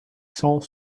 cent